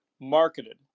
marketed